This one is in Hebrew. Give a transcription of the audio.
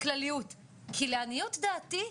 בכלליות כי לעניות דעתי,